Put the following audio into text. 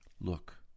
Look